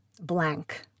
blank